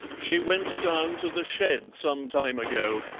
she went down to the shed some time ago,